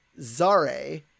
Zare